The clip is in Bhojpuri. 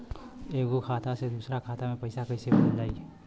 एगो खाता से दूसरा खाता मे पैसा कइसे भेजल जाई?